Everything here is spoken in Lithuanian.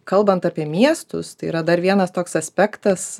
kalbant apie miestus tai yra dar vienas toks aspektas